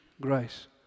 grace